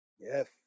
Yes